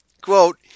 Quote